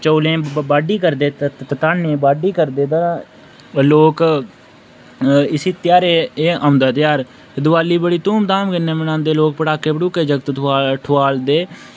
चौलें दी बाड्डियै करदे धानै दी बाड्डी करदे लोक अ इसी ध्यारै एह् होंदा ध्यार देवाली बी धूमधाम कन्नै मनांदे लोक पटाके पटूके जागत ठुआ ठुआलदे